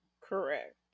Correct